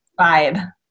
vibe